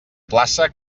plaça